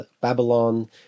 Babylon